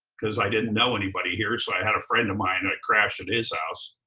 cause i didn't know anybody here. so i had a friend of mine, i crashed at his house.